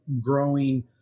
growing